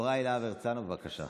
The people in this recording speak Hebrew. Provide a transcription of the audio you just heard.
יוראי להב הרצנו, בבקשה.